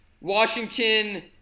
Washington